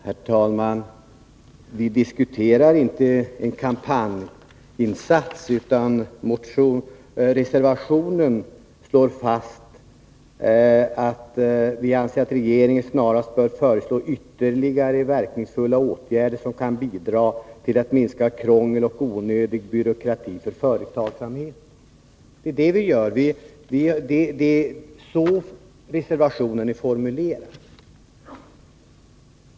Herr talman! Vi diskuterar inte en kampanjinsats. Reservationen slår fast att vi anser att ”regeringen snarast bör föreslå ytterligare verkningsfulla åtgärder som kan bidra till att minska krångel och onödig byråkrati för företagsamheten”. Så är reservationen formulerad.